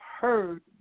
heard